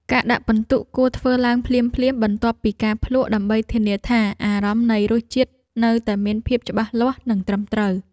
ការដាក់ពិន្ទុគួរធ្វើឡើងភ្លាមៗបន្ទាប់ពីការភ្លក្ស ដើម្បីធានាថាអារម្មណ៍នៃរសជាតិនៅតែមានភាពច្បាស់លាស់ និងត្រឹមត្រូវ។